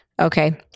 Okay